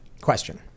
Question